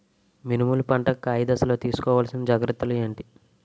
మినుములు పంట కాయ దశలో తిస్కోవాలసిన జాగ్రత్తలు ఏంటి?